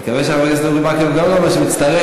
אני מקווה שחבר הכנסת אורי מקלב גם יאמר שהוא מצטרף,